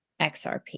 XRP